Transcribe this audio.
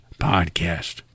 podcast